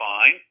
fine